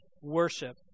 worship